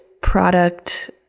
product